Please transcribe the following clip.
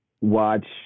watch